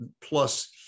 plus